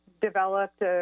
developed